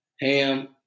ham